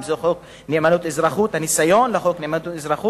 אם זה הניסיון לחוק נאמנות-אזרחות,